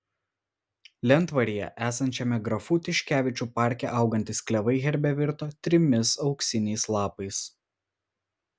lentvaryje esančiame grafų tiškevičių parke augantys klevai herbe virto trimis auksiniais lapais